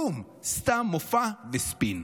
כלום, סתם מופע וספין.